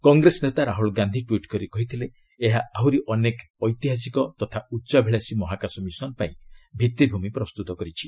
କଂଗ୍ରେସ ନେତା ରାହୁଳ ଗାନ୍ଧୀ ଟ୍ୱିଟ୍ କରି କହିଥିଲେ ଏହା ଆହୁରି ଅନେକ ଐତିହାସିକ ତଥା ଉଚ୍ଚାଭିଳାଷୀ ମହାକାଶ ମିଶନ ପାଇଁ ଭିଭିମି ପ୍ରସ୍ତୁତ କରିଛି